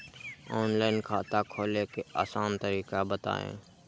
Online खाता खोले के आसान तरीका बताए?